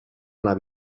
anar